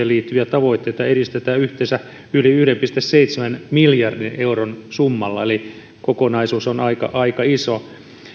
liittyviä tavoitteita edistetään yhteensä yli yhden pilkku seitsemän miljardin euron summalla eli kokonaisuus on aika aika iso